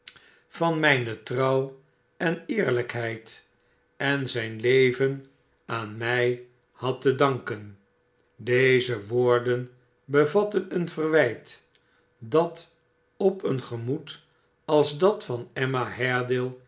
van sne siw en eeriijkheid en zijn leyen aan mij had te danken deze woorden bevatten een verwijt dat op een gernoed als dat van emma